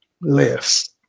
less